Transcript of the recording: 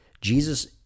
Jesus